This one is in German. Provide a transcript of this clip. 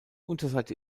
unterseite